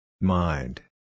Mind